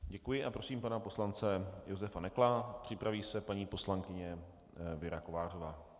Děkuji a prosím pana poslance Josefa Nekla, připraví se paní poslankyně Věra Kovářová.